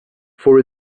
for